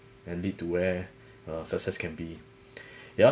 and lead to where a success can be ya